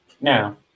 Now